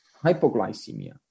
hypoglycemia